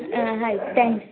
ಹಾಂ ಆಯ್ತ್ ತ್ಯಾಂಕ್ಸ್